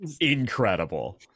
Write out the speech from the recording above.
incredible